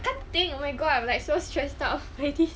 can't think oh my god I'm like so stressed out of creative